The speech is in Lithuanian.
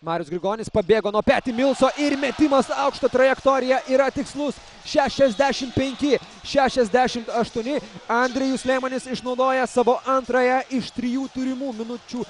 marius grigonis pabėgo nuo peti milso ir metimas aukšta trajektorija yra tikslus šešiasdešim penki šešiasdešim aštuoni andrejus liemonis išnaudoja savo antrąją trijų turimų minučių